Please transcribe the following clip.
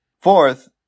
Fourth